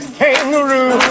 kangaroo